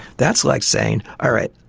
that's like saying, all right,